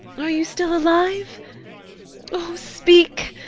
are you still alive oh, speak,